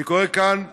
אני קורא כאן לממשלה,